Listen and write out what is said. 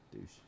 douche